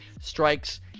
strikes